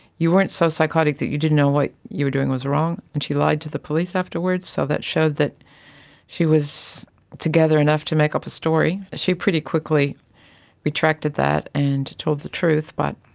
you weren't so psychotic that you didn't know what you were doing was wrong and she lied to the police afterwards, so that showed that she was together enough to make up a story. she pretty quickly retracted that and told the truth, but,